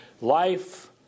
life